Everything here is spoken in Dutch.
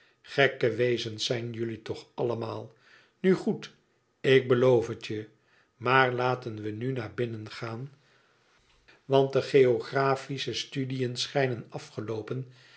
gekke wezens zijn jullie toch allemaal nu goed ik beloof het je maar laten we nu naar binnen gaan want de geographische studiën schijnen afgeloopen